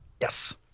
Yes